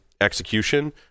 execution